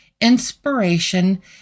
inspiration